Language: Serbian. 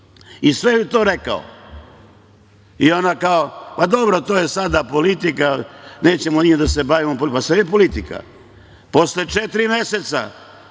i sve joj to rekao. Ona kao, to je sada politika, nećemo time da se bavimo. Pa, sve je politika. Posle četiri meseca,